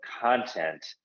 content